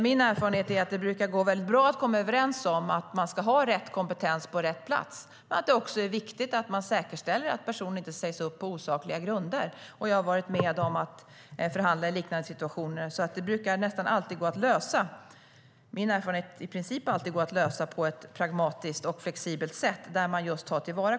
Min erfarenhet är att det brukar gå bra att komma överens om att det ska vara rätt kompetens på rätt plats och att det är viktigt att säkerställa att personer inte sägs upp på osakliga grunder. Jag har varit med om att förhandla i liknande situationer. Min erfarenhet är att sådana situationer i princip alltid går att lösa på ett pragmatiskt och flexibelt sätt där kompetensen tas till vara.